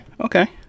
Okay